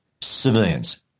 civilians